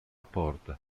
porta